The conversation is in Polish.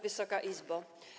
Wysoka Izbo!